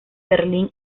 berlín